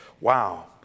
Wow